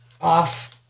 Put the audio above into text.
off-